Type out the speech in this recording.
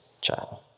child